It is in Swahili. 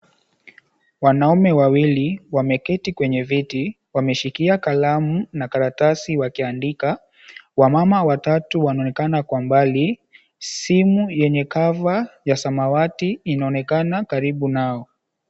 Wanaume wawili, wameketi kwenye viti, wameshikia kalamu na karatasi wakiandika. Wamama watatu wanaonekana kwa mbali. Simu yenye cover ya samawati inaonekana karibu nao.